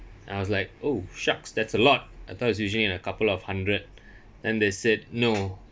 I was like oh shucks that's a lot i thought it's usually in a couple of hundred and they said no